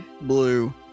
blue